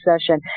session